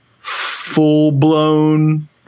full-blown